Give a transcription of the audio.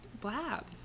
blab